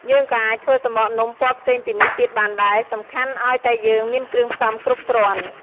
យើងក៏អាចធ្វើសំបកនំ ពណ៌ផ្សេងពីនេះទៀតបានដែរ សំខាន់ឱ្យតែយើងមានគ្រឿងផ្សំគ្រប់គ្រាន់។